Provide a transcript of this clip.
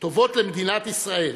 טובות למדינת ישראל,